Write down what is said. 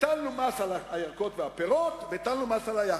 הטלנו מס על הירקות והפירות והטלנו מס על היאכטות.